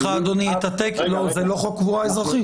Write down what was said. זה לא חוק קבורה אזרחית.